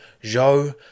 Joe